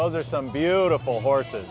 other some beautiful horses